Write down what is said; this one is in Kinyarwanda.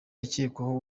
akekwaho